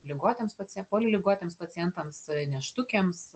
ligotiems pacie poliligotiems pacientams nėštukėms